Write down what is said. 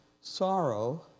sorrow